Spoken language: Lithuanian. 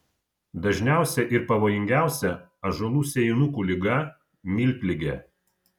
dažniausia ir pavojingiausia ąžuolų sėjinukų liga miltligė